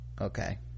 okay